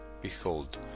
Behold